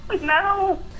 No